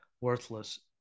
worthless